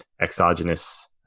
exogenous